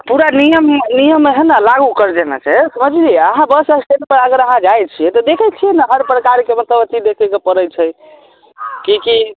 पूरा नियम नियम हइ ने लागू कर देना चाही समझलियै अहाँ बस स्टैण्ड पर अगर अहाँ जाइ छियै तऽ देखै छियै ने हर प्रकारके मतलब अथी देखैके पड़ै छै की की